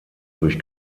durch